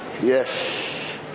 Yes